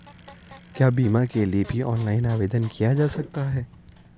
क्या बीमा के लिए भी ऑनलाइन आवेदन किया जा सकता है?